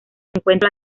encuentra